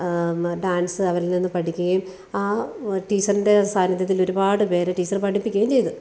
dance അവരിൽ നിന്ന് പഠിക്കുകയും ആ ടീച്ചറിൻ്റെ സാന്നിധ്യത്തിൽ ഒരുപാട് പേരെ ടീച്ചര് പഠിപ്പിക്കുകയും ചെയ്തു